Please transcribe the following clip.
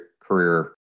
career